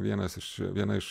vienas iš viena iš